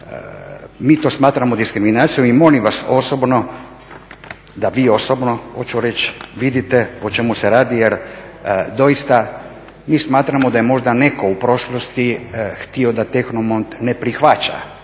Mi to smatramo diskriminacijom i molim vas osobno, da vi osobno, hoću reći, vidite o čemu se radi jer doista mi smatramo da je možda netko u prošlosti htio da Technomont ne prihvaća